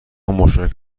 مشارکت